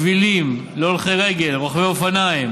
שבילים להולכי רגל ולרוכבי אופניים